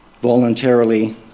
voluntarily